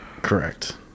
correct